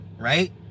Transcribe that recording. right